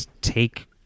take